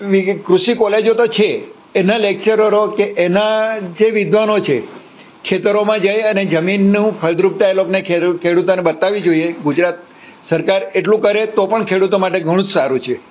વિગ કૃષિ કોલેજો તો છે એના લેક્ચરરો કે એના જે વિદ્વાનો છે ખેતરોમાં જાય અને જમીનનું ફળદ્રુપતા એ લોકને ખેડુ ખેડુતોને બતાવી જોઈએ ગુજરાત સરકાર એટલું કરે તો પણ ખેડુતો માટે ઘણું જ સારું છે